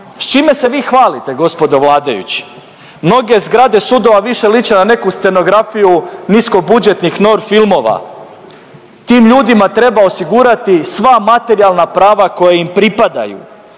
S čime se vi hvalite gospodo vladajući? Mnoge zgrade sudova više liče na neku scenografiju nisko budžetnih nord filmova. Tim ljudima treba osigurati sva materijalna prava koja im pripadaju.